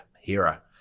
HERA